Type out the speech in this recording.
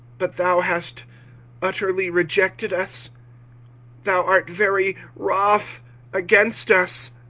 but thou hast utterly rejected us thou art very wroth against us.